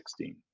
2016